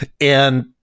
And-